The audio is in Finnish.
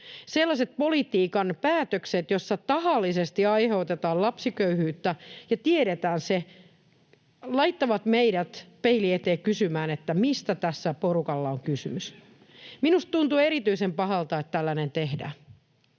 Sellaiset politiikan päätökset, joissa tahallisesti aiheutetaan lapsiköyhyyttä ja tiedetään se, laittavat meidät peilin eteen kysymään, mistä tässä porukalla on kysymys. Minusta tuntuu erityisen pahalta, että tällainen tehdään.